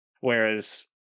Whereas